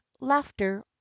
laughter